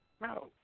No